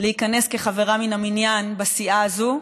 להיכנס כחברה מן המניין לסיעה הזאת,